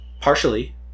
Partially